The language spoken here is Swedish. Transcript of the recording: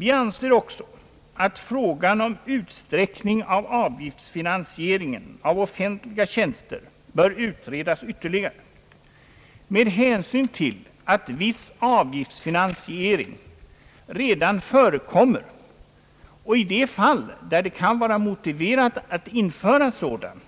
Vi anser också att frågan om utsträckning av avgiftsfinansieringen av offentliga tjänster bör ytterligare utredas. Viss avgiftsfinansiering förekommer redan, och i de fall där det kan vara motiverat att införa sådan